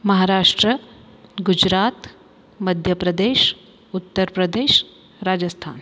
Maharashtra Gujarat Madhya Pradesh Uttar Pradesh Rajasthan